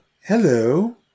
hello